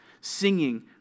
singing